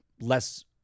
less